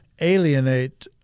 alienate